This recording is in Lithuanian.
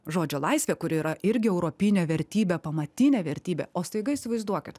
žodžio laisvė kuri yra irgi europinė vertybė pamatinė vertybė o staiga įsivaizduokit